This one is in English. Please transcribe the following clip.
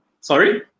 Sorry